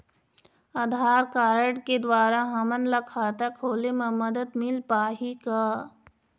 आधार card के द्वारा हमन ला खाता खोले म मदद मिल पाही का?